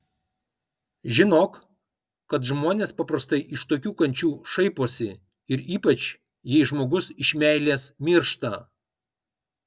žinok kad žmonės paprastai iš tokių kančių šaiposi ir ypač jei žmogus iš meilės miršta